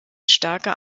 starker